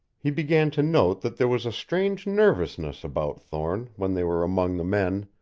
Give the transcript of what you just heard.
he began to note that there was a strange nervousness about thorne when they were among the men,